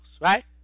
right